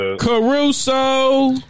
Caruso